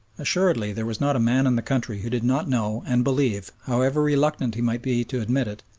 assuredly there was not a man in the country who did not know and believe, however reluctant he might be to admit it,